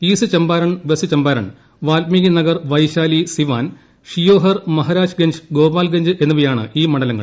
east Champaran west Champaran Valmiki Nagar Vaishali Siwan Sheohar Maharajganj Gopalganj എന്നിവയാണ് ഈ മണ്ഡലങ്ങൾ